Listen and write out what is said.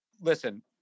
listen